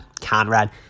Conrad